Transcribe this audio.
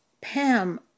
Pam